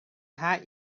hat